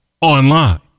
online